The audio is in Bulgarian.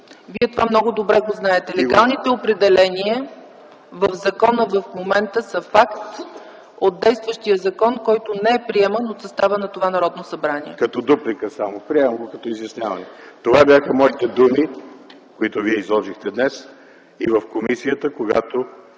Вие това много добре го знаете. Легалните определения в закона в момента са факт от действащия закон, който не е приеман от състава на това Народното събрание. ГЕОРГИ БОЖИНОВ: Приемам го като изясняване. Това бяха моите думи, които вие изложихте днес, и в комисията, когато